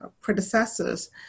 predecessors